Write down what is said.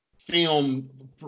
film